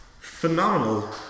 phenomenal